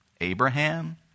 Abraham